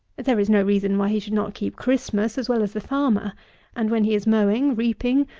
there is no reason why he should not keep christmas as well as the farmer and when he is mowing, reaping,